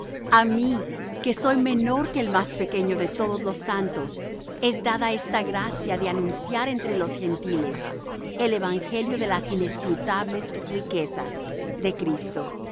a mí que soy menos que el más pequeño de todos los santos es dada esta gracia de anunciar entre los gentiles el evangelio de las inescrutables riquezas de cristo y